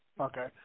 okay